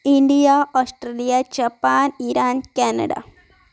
India Australia Japan Iran Canada